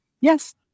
yes